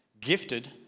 gifted